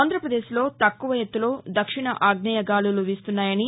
ఆంధ్రప్రదేశ్లో తక్కువ ఎత్తులో దక్షిణ ఆగ్నేయ గాలులు వీస్తున్నాయని